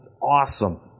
awesome